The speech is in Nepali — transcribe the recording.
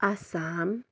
आसाम